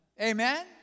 Amen